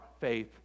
faith